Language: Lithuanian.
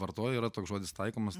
vartoja yra toks žodis taikomas